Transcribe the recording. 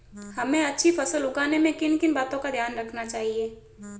हमें अच्छी फसल उगाने में किन किन बातों का ध्यान रखना चाहिए?